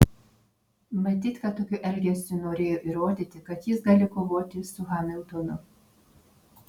matyt kad tokiu elgesiu norėjo įrodyti kad jis gali kovoti su hamiltonu